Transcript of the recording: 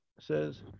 says